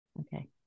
Okay